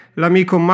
l'amico